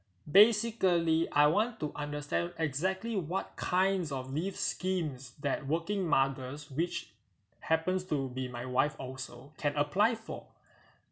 basically I want to understand exactly what kinds of leave schemes that working mothers which happens to be my wife also can apply for